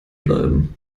bleiben